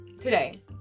Today